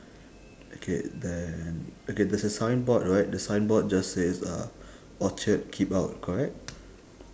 okay then okay there's a signboard right the signboard just says uh orchard keep out correct